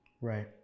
right